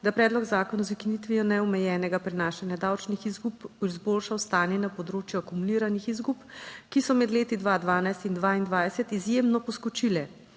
je predlog zakona z ukinitvijo neomejenega prenašanja davčnih izgub izboljšal stanje na področju akumuliranih izgub, ki so med leti 2012 2022 izjemno poskočile.